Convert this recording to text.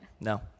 no